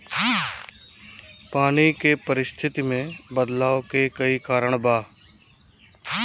पानी के परिस्थिति में बदलाव के कई कारण बा